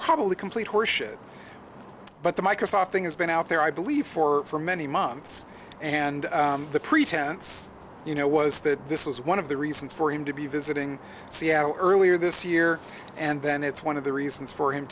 probably complete horseshit but the microsoft thing has been out there i believe for for many months and the pretense you know was that this was one of the reasons for him to be visiting seattle earlier this year and then it's one of the reasons for him